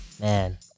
Man